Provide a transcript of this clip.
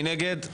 מי נגד?